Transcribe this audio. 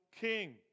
king